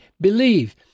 believe